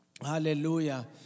Hallelujah